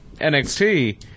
NXT